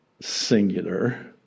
singular